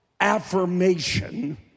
Affirmation